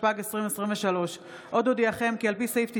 התשפ"ג 2023. עוד אודיעכם כי על פי סעיף 96(ה)(1)